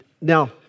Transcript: Now